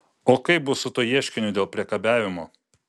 o kaip bus su tuo ieškiniu dėl priekabiavimo